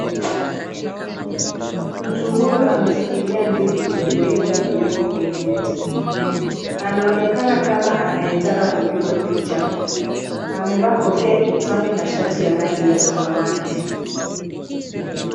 Mtu huyu ameshikilia ndizi iliyoiva iliyoko kwenye mti. Anaoenakana kama anayetaka kupigwa picha. Amevaa kofia kichwani na shati ya rangi ya samawati.